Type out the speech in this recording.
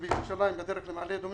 בירושלים בדרך למעלה אדומים,